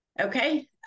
Okay